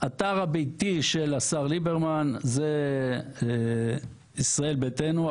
לאתר הביתי של השר ליברמן וזה ישראל ביתנו.